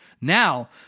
Now